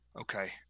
Okay